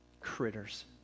critters